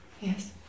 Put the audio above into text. Yes